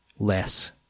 less